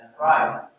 Right